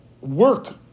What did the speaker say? work